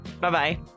Bye-bye